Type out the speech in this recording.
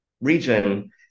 region